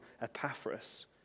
Epaphras